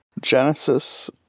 Genesis